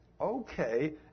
okay